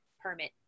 permit